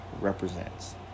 represents